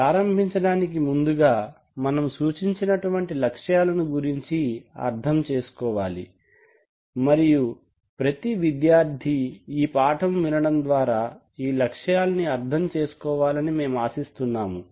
ప్రారంభించడానికి ముందుగా మనము సూచించినటువంటి లక్ష్యాలను గురించి అర్థం చేసుకోవాలి మరియు ప్రతి విద్యార్థి ఈ పాఠము వినడం ద్వారా ఈ లక్ష్యాలని అర్థంచేసుకోవాలని మేము ఆశిస్తున్నాము